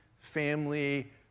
family